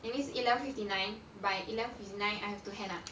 that means eleven fifty nine by eleven fifty nine I have to hand up